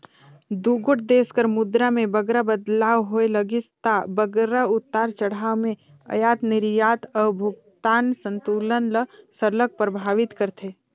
दुगोट देस कर मुद्रा में बगरा बदलाव होए लगिस ता बगरा उतार चढ़ाव में अयात निरयात अउ भुगतान संतुलन ल सरलग परभावित करथे